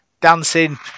dancing